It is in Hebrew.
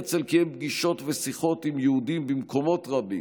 הרצל קיים פגישות ושיחות עם יהודים במקומות רבים,